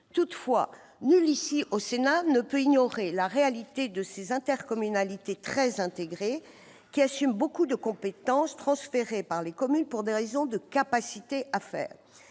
Toutefois, nul, ici, au Sénat, ne peut ignorer la réalité de ces intercommunalités très intégrées, qui assument de nombreuses compétences transférées par les communes pour des raisons de capacité à faire.